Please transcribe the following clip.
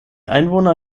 einwohner